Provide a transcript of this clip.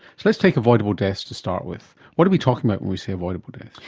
let's take avoidable deaths to start with. what are we talking about when we say avoidable deaths?